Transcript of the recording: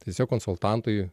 tiesiog konsultantui